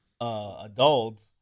adults